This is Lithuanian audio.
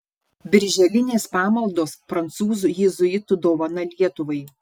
birželinės pamaldos prancūzų jėzuitų dovana lietuvai